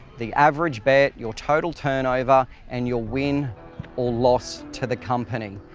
the average bet, your total turnover and your win or loss to the company.